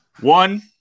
one